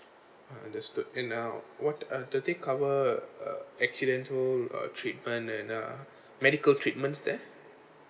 uh that's good and uh what are do they cover uh accidental uh treatment and uh medical treatments there